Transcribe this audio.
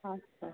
ଆଚ୍ଛା